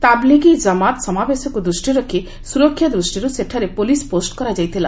ତାବ୍ଲିଘୀ ଜମାତ୍ ସମାବେଶକୁ ଦୃଷ୍ଟିରେ ରଖି ସ୍କରକ୍ଷା ଦୃଷ୍ଟିରୁ ସେଠାରେ ପୁଲିସ୍ ପୋଷ୍ଟ କରାଯାଇଥିଲା